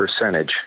percentage